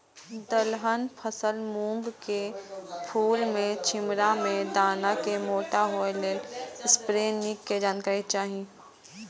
दलहन फसल मूँग के फुल में छिमरा में दाना के मोटा होय लेल स्प्रै निक के जानकारी चाही?